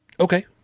Okay